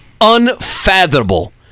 unfathomable